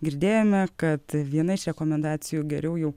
girdėjome kad viena iš rekomendacijų geriau jau